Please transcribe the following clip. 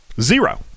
zero